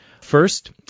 first